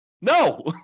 No